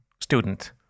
student